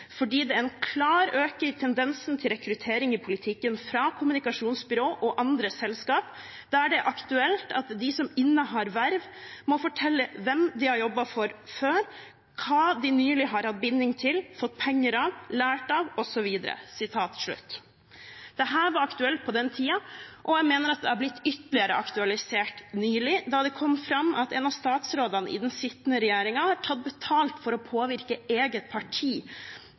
fordi det er ein klar auke i tendensen til rekruttering i politikken frå kommunikasjonsbyrå og andre selskap der det er aktuelt at dei som innehar verv, må fortelje kven dei har jobba for før, kva dei nyleg har hatt binding til, fått pengar av, lært av osv.» Dette var aktuelt på den tiden, og jeg mener at det nylig har blitt ytterligere aktualisert da det kom fram at en av statsrådene i den sittende regjeringen har tatt betalt for å påvirke eget parti